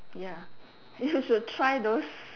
ya you should try those